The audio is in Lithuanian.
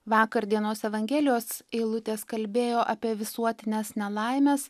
vakar dienos evangelijos eilutės kalbėjo apie visuotines nelaimes